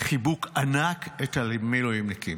חיבוק ענק את המילואימניקים.